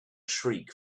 shriek